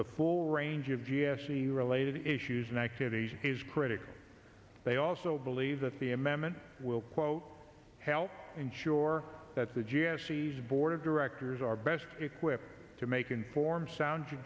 the full range of g s t related issues and activities of his critics they also believe that the amendment will quote help ensure that the jacey's board of directors are best equipped to make informed sound